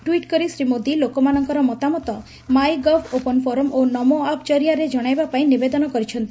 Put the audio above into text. tweet କରି ଶ୍ରୀ ମୋଦୀ ଲୋକମାନଙ୍କର ମତାମତ ମାଇ ଗଭ୍ ଓପନ୍ ଫୋରମ୍ ଓ ନମୋଆପ୍ ଜରିଆରେ ଜଶାଇବା ପାଇଁ ନିବେଦନ କରିଛନ୍ତି